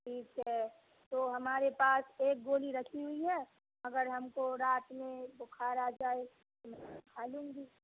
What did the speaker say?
ٹھیک ہے تو ہمارے پاس ایک گولی رکھی ہوئی ہے اگر ہم کو رات میں بخار آ جائے تو کھا لوں گی